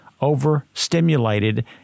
overstimulated